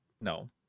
No